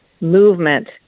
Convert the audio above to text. movement